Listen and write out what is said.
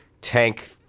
tank